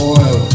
oil